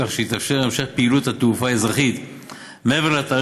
כך שיתאפשר המשך פעילות התעופה האזרחית מעבר ל-1